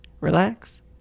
relax